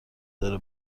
داره